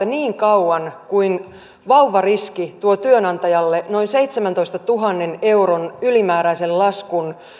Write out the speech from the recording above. niin kauan kuin vauvariski tuo työnantajalle noin seitsemäntoistatuhannen euron ylimääräisen laskun